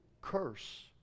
curse